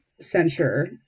censure